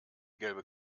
gelbe